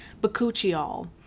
Bacucciol